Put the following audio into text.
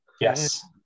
Yes